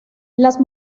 las